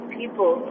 people